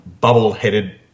bubble-headed